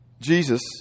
Jesus